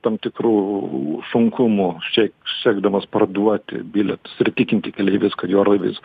tam tikrų sunkumų šiaip sekdamos parduoti bilietus ir įtikinti keleivius kad jų orlaivis